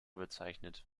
bezeichnet